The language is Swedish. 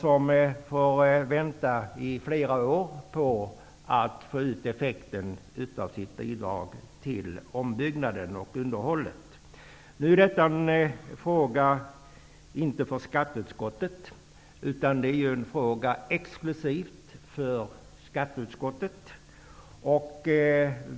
Dessa fastighetsägare får vänta i flera år på bidragseffekten av sin ombyggnad och sitt underhåll. Det här är en fråga explicit för skatteutskottet.